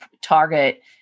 target